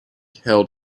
held